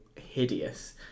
hideous